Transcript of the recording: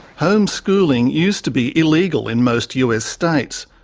homeschooling used to be illegal in most us states,